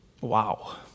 Wow